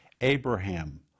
Abraham